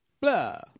Blah